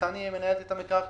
וחנ"י היא מנהלת המקרקעין.